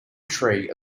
tree